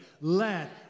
Let